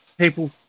People